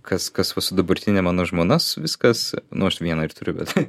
kas kas va su dabartine mano žmona viskas nu aš vieną ir turiu bet